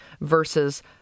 versus